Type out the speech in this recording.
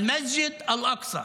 אל-מסג'ד אל-אקצא,